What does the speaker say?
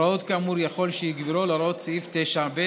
הוראות כאמור יכול שיגברו על הוראות סעיף 9(ב)'.